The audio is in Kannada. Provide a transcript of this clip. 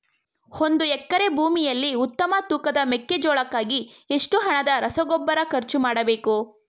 ಒಂದು ಎಕರೆ ಭೂಮಿಯಲ್ಲಿ ಉತ್ತಮ ತೂಕದ ಮೆಕ್ಕೆಜೋಳಕ್ಕಾಗಿ ಎಷ್ಟು ಹಣದ ರಸಗೊಬ್ಬರ ಖರ್ಚು ಮಾಡಬೇಕು?